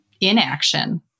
inaction